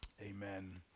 Amen